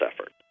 effort